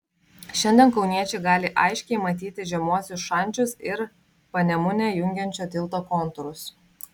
šiandien kauniečiai gali aiškiai matyti žemuosius šančius ir panemunę jungiančio tilto kontūrus